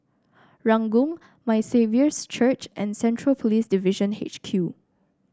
Ranggung My Saviour's Church and Central Police Division H Q